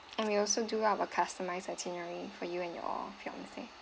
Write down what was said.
and we also do our customize itinerary for you and your fiance